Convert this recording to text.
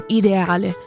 ideale